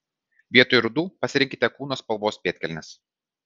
vietoj rudų pasirinkite kūno spalvos pėdkelnes